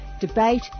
debate